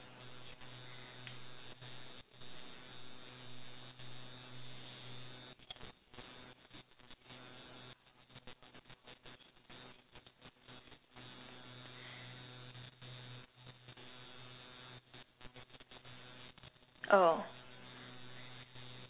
oh